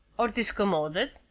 or discommoded?